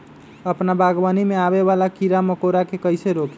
अपना बागवानी में आबे वाला किरा मकोरा के कईसे रोकी?